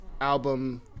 Album